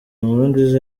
nkurunziza